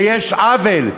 ויש עוול,